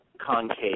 concave